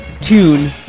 tune